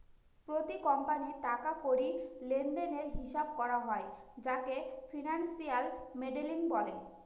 প্রতি কোম্পানির টাকা কড়ি লেনদেনের হিসাব করা হয় যাকে ফিনান্সিয়াল মডেলিং বলে